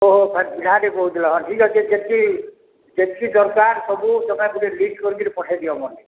ଓହୋ କହୁଥିଲେ ହଁ ଠିକ୍ ଅଛେ ଯେତ୍କି ଯେତ୍କି ଦର୍କାର ସବୁ ସେଟା ଗୁଟେ ଲିଷ୍ଟ୍ କରିକିରି ପଠେଇଦିଅ ମତେ